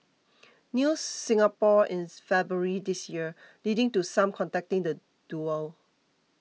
News Singapore in February this year leading to some contacting the duo